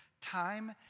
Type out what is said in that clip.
Time